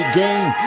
game